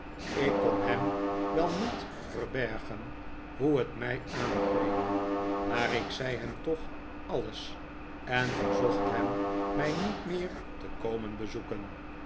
ik kon hem wel niet verbergen hoe het mij aangreep maar ik zei hem toch alles en verzocht hem mij niet meer te komen bezoeken